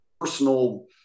personal